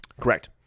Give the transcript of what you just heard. Correct